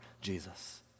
Jesus